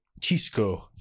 Chisco